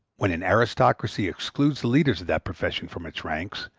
when an aristocracy excludes the leaders of that profession from its ranks,